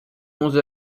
onze